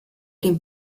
den